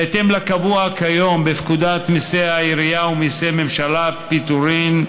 בהתאם לקבוע כיום בפקודת מיסי העירייה ומיסי הממשלה (פטורין),